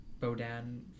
Bodan